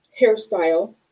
hairstyle